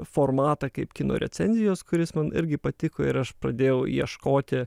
formatą kaip kino recenzijos kuris man irgi patiko ir aš pradėjau ieškoti